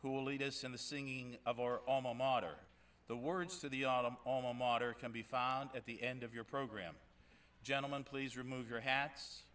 who will lead us in the singing of or are the words to the autumn home water can be found at the end of your program gentlemen please remove your hat